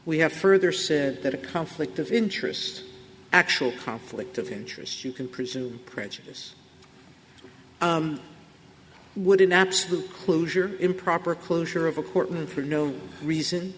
we have further said that a conflict of interest actual conflict of interest you can presume prejudice would an absolute closure improper closure of a courtroom for no reason